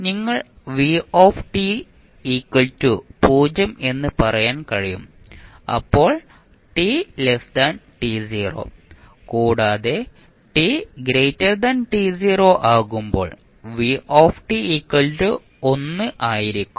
നിങ്ങൾക്ക് v0 എന്ന് പറയാൻ കഴിയും അപ്പോൾ t കൂടാതെ t ആകുമ്പോൾ v 1 ആയിരിക്കും